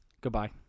Goodbye